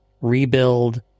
rebuild